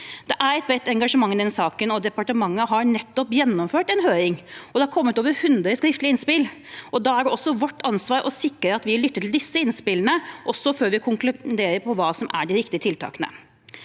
Det er et bredt engasjement i denne saken. Departementet har nettopp gjennomført en høring, og det har kommet over 100 skriftlige innspill. Da er det også vårt ansvar å sikre at vi lytter til disse innspillene før vi konkluderer med hva som er de riktige tiltakene.